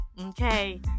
okay